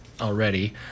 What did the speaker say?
already